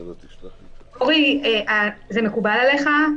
אורי, זה מקובל עליך?